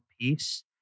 peace